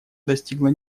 достигло